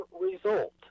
result